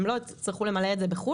הם לא יצטרכו למלא את זה בחו"ל,